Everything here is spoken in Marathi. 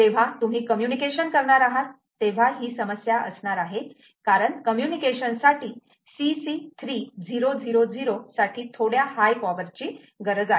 जेव्हा तुम्ही कम्युनिकेशन करणार आहात तेव्हा ही समस्या असणार आहे कारण कम्युनिकेशनसाठी CC3000 साठी थोड्या हायर पॉवर ची गरज आहे